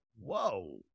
Whoa